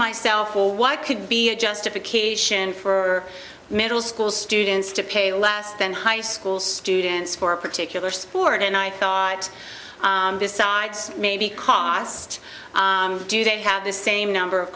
myself well why could be a justification for middle school students to pay less than high school students for a particular sport and i thought besides maybe cost do they have the same number of